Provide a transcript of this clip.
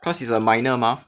cause it's a minor mah